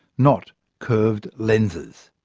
not curved lenses.